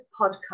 Podcast